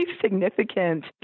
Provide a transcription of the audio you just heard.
significant